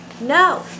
No